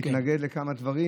הוא התנגד לכמה דברים,